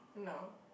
no